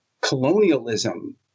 colonialism